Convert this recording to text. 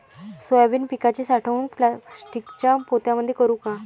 Soybean पिकाची साठवणूक प्लास्टिकच्या पोत्यामंदी करू का?